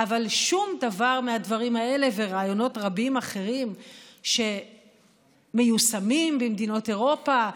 אבל שום דבר מהדברים האלה ורעיונות רבים אחרים שמיושמים במדינות אירופה,